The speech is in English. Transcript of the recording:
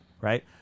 right